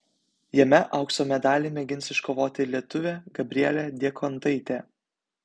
jame aukso medalį mėgins iškovoti lietuvė gabrielė diekontaitė